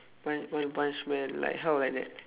why one punch man like how like that